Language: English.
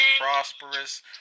prosperous